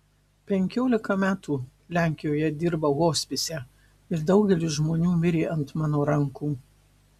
penkiolika metų lenkijoje dirbau hospise ir daugelis žmonių mirė ant mano rankų